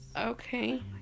okay